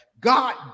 God